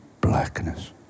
blackness